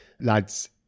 lads